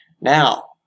Now